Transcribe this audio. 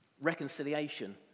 Reconciliation